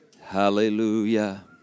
Hallelujah